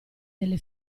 delle